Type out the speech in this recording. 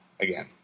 again